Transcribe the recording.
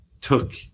took